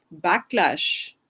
backlash